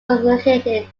located